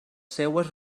seues